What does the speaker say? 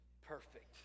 perfect